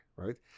right